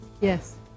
Yes